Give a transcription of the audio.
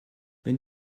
wenn